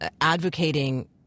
advocating